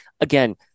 Again